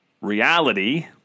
reality